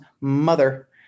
mother